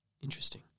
Interesting